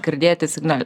girdėti signal